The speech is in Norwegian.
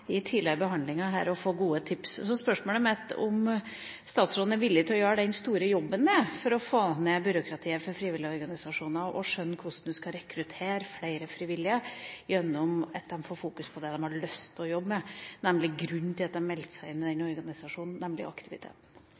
i tidligere behandlinger og få gode tips. Så spørsmålet mitt er om statsråden er villig til å gjøre den store jobben det er, med å få ned byråkratiet for frivillige organisasjoner og skjønner hvordan man skal rekruttere flere frivillige, gjennom at de får fokusere på det de har lyst til å jobbe med, nemlig grunnen til at de har meldt seg inn i organisasjonen: aktiviteten.